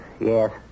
Yes